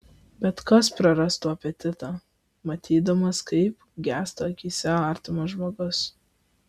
bet kas prarastų apetitą matydamas kaip gęsta akyse artimas žmogus